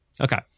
Okay